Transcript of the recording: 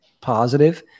positive